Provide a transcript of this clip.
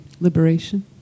liberation